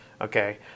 Okay